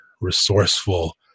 resourceful